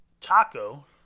Taco